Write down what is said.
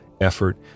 effort